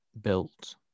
built